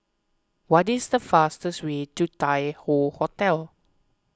what is the fastest way to Tai Hoe Hotel